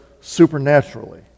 supernaturally